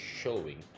showing